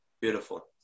Beautiful